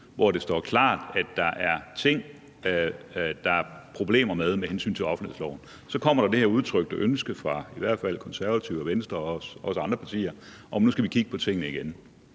hvor det står klart, at der er ting, der er problemer med med hensyn til offentlighedsloven. Så kommer der det her udtrykte ønske fra i hvert fald Konservative og Venstre og også andre partier om, at vi nu skal kigge på tingene igen.